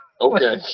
Okay